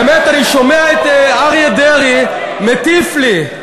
באמת, אני שומע את אריה דרעי מטיף לי.